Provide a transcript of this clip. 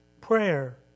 Prayer